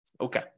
Okay